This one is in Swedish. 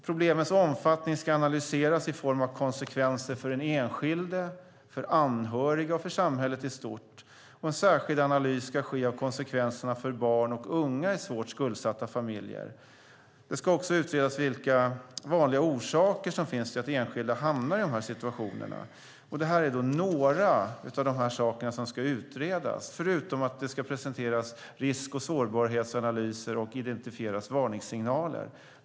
Problemens omfattning ska analyseras i form av konsekvenser för den enskilde, för anhöriga och för samhället i stort, och en särskild analys ska ske av konsekvenserna för barn och unga i svårt skuldsatta familjer. Det ska också utredas vilka vanliga orsaker som finns till att enskilda hamnar i de här situationerna. Det här är några av de saker som ska utredas, förutom att det ska presenteras risk och sårbarhetsanalyser, och varningssignaler ska identifieras.